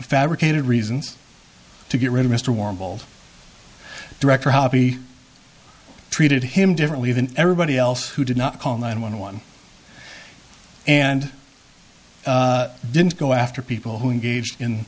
fabricated reasons to get rid of mr warbled director happy treated him differently than everybody else who did not call nine one one and didn't go after people who engaged in